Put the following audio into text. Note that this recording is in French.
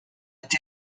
été